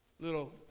little